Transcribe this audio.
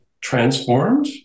transformed